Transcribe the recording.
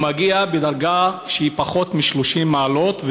הוא מגיע בדרגת חום נמוכה מ-30 מעלות,